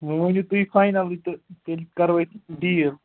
وۅنۍ ؤنِو تُہۍ فاینَلٕے تہٕ تیٚلہِ کَرو أسۍ ڈیٖل